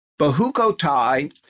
Bahukotai